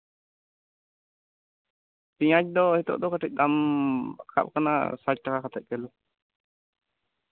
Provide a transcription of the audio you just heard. ᱯᱮᱸᱭᱟᱡ ᱫᱚ ᱱᱤᱛᱚᱜ ᱫᱚ ᱠᱟᱹᱴᱤᱡ ᱫᱟᱢ ᱨᱟᱠᱟᱵᱽ ᱟᱠᱟᱱᱟ ᱥᱟᱴ ᱴᱟᱠᱟ ᱠᱟᱛᱮᱫ ᱠᱤᱞᱳ